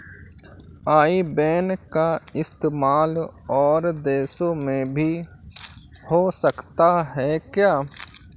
आई बैन का इस्तेमाल और देशों में भी हो सकता है क्या?